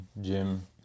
gym